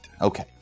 Okay